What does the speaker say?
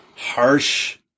Harsh